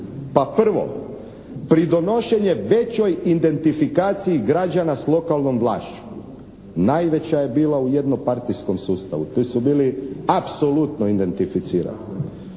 Prvo, pridonošenje većoj identifikaciji građana s lokalnom vlašću. Najveća je bila u jednopartijskom sustavu, tu su bili apsolutno identificirani.